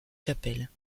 chapelle